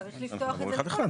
צריך לפתוח את זה לדיון.